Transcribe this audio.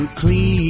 clean